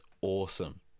awesome